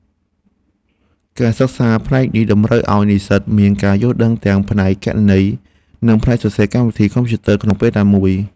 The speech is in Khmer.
ការសិក្សាផ្នែកនេះតម្រូវឱ្យនិស្សិតមានការយល់ដឹងទាំងផ្នែកគណនេយ្យ និងផ្នែកសរសេរកម្មវិធីកុំព្យូទ័រក្នុងពេលតែមួយ។